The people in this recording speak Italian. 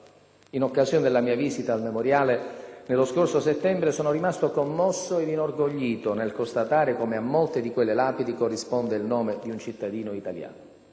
In occasione della mia visita al Memoriale, nello scorso settembre, sono rimasto commosso e inorgoglito nel constatare come a molte di quelle lapidi corrisponde il nome di un cittadino italiano.